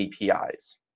APIs